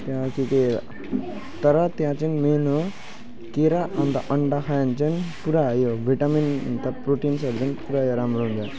त्यहाँबाट चाहिँ त्यही हो तर त्यहाँ चाहिँ मेन हो केरा अन्त अन्डा खायो भने चाहिँ पुरा हाई हो भिटामिन अन्त प्रोटिन्सहरू पनि पुरा राम्रो हुन्छ